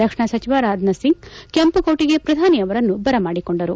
ರಕ್ಷಣಾ ಸಚಿವ ರಾಜನಾಥ್ ಸಿಂಗ್ ಕೆಂಮ ಕೋಟಿಗೆ ಪ್ರಧಾನಿ ಅವರನ್ನು ಬರಮಾಡಿಕೊಂಡರು